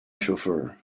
chauffeur